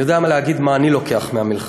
אני יודע להגיד מה אני לוקח מהמלחמה.